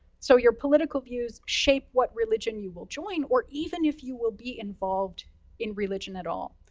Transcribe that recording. so your political views shape what religion you will join, or even if you will be involved in religion at all.